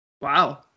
Wow